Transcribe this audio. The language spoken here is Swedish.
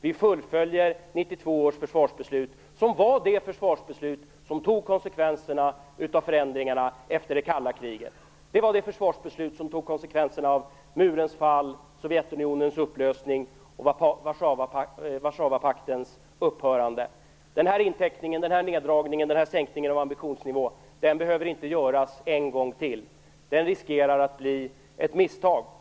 Vi fullföljer 1992 års försvarsbeslut, som var det försvarsbeslut som tog konsekvenserna av förändringarna efter det kalla kriget. Det var det försvarsbeslut som tog konsekvenserna av murens fall, Sovjetunionens upplösning och Warszawapaktens upphörande. Den här neddragningen och sänkningen av ambitionsnivån behöver inte göras en gång till. Den riskerar att bli ett misstag.